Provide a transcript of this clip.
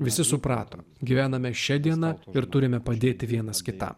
visi suprato gyvename šia diena ir turime padėti vienas kitam